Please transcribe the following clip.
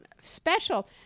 special